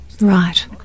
Right